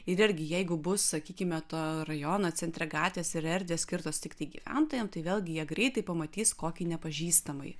ir irgi jeigu bus sakykime to rajono centre gatvės ir erdvės skirtos tiktai gyventojam tai vėlgi jie greitai pamatys kokį nepažįstamąjį